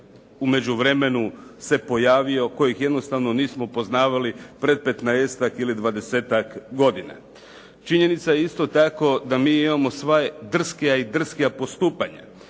međuvremenu se pojavio kojih jednostavno nismo poznavali pred 15-ak ili 20-ak godina. Činjenica je isto tako da mi imamo sve drskija i drskija postupaka.